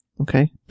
okay